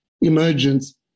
emergence